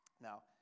Now